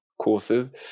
courses